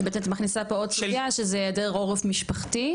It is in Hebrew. שבעצם את מכניסה פה עוד סוגיה שזה היעדר עורף משפחתי.